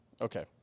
okay